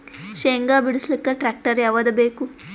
ಶೇಂಗಾ ಬಿಡಸಲಕ್ಕ ಟ್ಟ್ರ್ಯಾಕ್ಟರ್ ಯಾವದ ಬೇಕು?